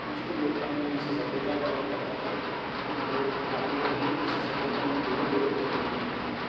ਕੁਝ ਕੁ ਲੋਕਾਂ ਨੂੰ ਹੀ ਇਸ ਸੱਭਿਅਤਾ ਬਾਰੇ ਪਤਾ ਏ ਅਤੇ ਲੋਕ ਕਾਫੀ ਲੋੋਕ ਇਨ ਇਸ ਸੱਭਿਅਤਾ ਨੂੰ ਦੂਰੋਂ ਦੂਰੋਂ ਵੇਖਣ ਲਈ ਆਉਂਦੇ ਹਨ